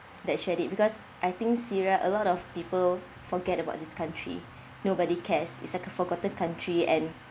that shared it because I think syria a lot of people forget about this country nobody cares is like a forgotten country and